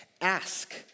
Ask